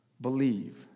Believe